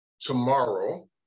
tomorrow